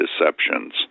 deceptions